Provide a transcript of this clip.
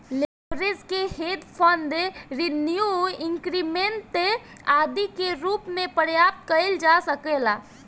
leverage के hedge fund renew increment आदि के रूप में प्राप्त कईल जा सकेला